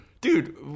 Dude